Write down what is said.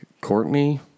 Courtney